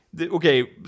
Okay